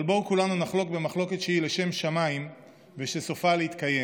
אבל בואו כולנו נחלוק במחלוקת שהיא לשם שמיים ושסופה להתקיים.